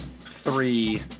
Three